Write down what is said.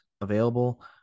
available